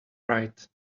right